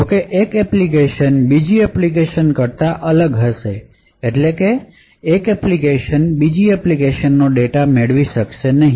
જોકે એક એપ્લિકેશન બીજી એપ્લિકેશન કરતા અલગ હશે એટલે કે એક એપ્લિકેશન બીજી એપ્લિકેશન નો ડેટા મેળવી શકશે નહીં